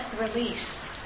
release